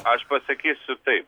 aš pasakysiu taip